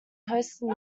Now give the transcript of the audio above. hosted